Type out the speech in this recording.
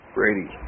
Brady